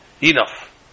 Enough